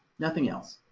nothing else.